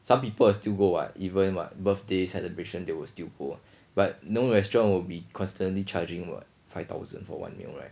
some people will still go what even what birthday celebration they will still go but no restaurant will be constantly charging what five thousand for one meal right